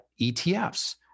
ETFs